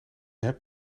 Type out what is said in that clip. hebt